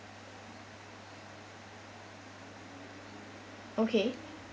okay